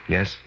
Yes